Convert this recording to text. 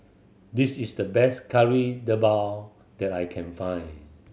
this is the best Kari Debal that I can find